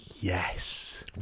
yes